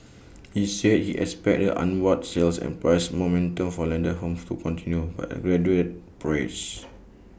he said he expects the upward sales and price momentum for landed homes to continue but at gradual pace